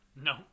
No